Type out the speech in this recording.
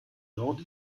dort